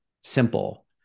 simple